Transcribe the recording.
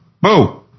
Boo